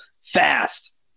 fast